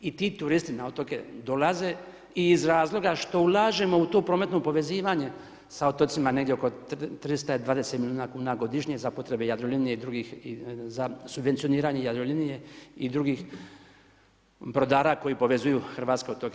I ti turisti na otoke dolaze i iz razlog što ulažemo u tu prometno povezivanja se otocima oko 320 milijuna kn godišnje za potrebe Jadrolinije i drugih, za subvencioniranje Jadrolinije i drugih brodara koji povezuju hrvatske otoke.